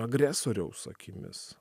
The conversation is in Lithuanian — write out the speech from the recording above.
agresoriaus akimis